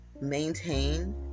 maintain